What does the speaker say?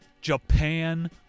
Japan